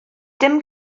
dim